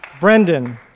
Brendan